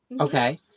Okay